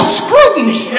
scrutiny